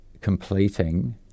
completing